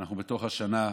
אנחנו בתוך השנה,